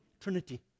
trinity